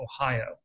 Ohio